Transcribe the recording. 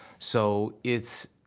so it's.